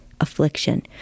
affliction